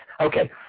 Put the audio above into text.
Okay